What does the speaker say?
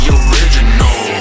original